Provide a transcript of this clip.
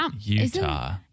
Utah